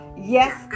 Yes